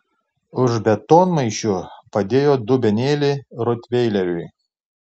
už betonmaišių padėjo dubenėlį rotveileriui